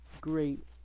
great